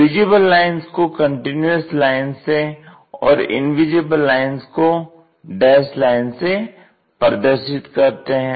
visible lines को continuous lines से और इंविजिबल लाइंस को डस्ड लाइंस से प्रदर्शित करते हैं